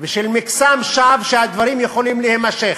ושל מקסם שווא, שהדברים יכולים להימשך.